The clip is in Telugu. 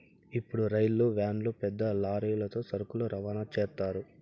ఇప్పుడు రైలు వ్యాన్లు పెద్ద లారీలతో సరుకులు రవాణా చేత్తారు